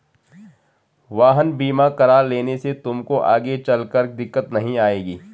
वाहन बीमा करा लेने से तुमको आगे चलकर दिक्कत नहीं आएगी